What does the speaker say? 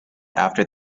after